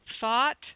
thought